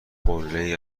قلهای